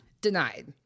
Denied